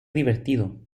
divertido